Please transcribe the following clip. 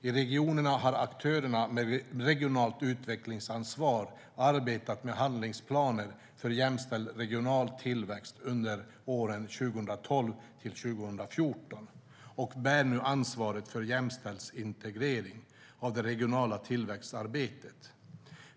I regionerna har aktörer med regionalt utvecklingsansvar arbetat med handlingsplaner för jämställd regional tillväxt under 2012-2014 och bär nu ansvaret för jämställdhetsintegrering av det regionala tillväxtarbetet.